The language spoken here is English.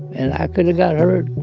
and i could've got hurt,